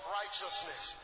righteousness